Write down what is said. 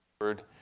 Word